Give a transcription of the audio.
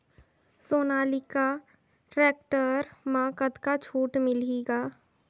Sonalika tractor म कतका छूट मिलही ग?